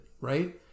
right